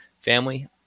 family